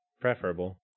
preferable